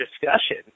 discussion